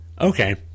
Okay